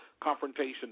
confrontation